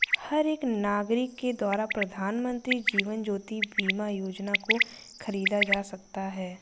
हर एक नागरिक के द्वारा प्रधानमन्त्री जीवन ज्योति बीमा योजना को खरीदा जा सकता है